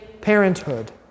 parenthood